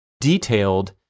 detailed